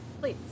please